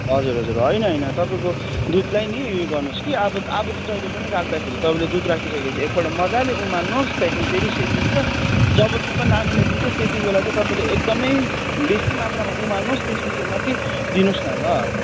हजुर हजुर होइन होइन तपाईँको दुधलाई नि ऊ यो गर्नुहोस् कि अब अब चाहिँ जहिले पनि राख्दाखेरि तपाईँले दुध राखिसकेपछि एकपल्ट मजाले उमाल्नुहोस् त्यहाँदेखिन् फेरि सेल्लिन्छ जब तपाईँ नानीलाई दिन्छ त्यति बेला चाहिँ तपाईँले एकदमै बेसी मात्रामा उमाल्नुहोस् त्यसपिछे मात्रै दिनुहोस् न ल